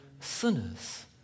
sinners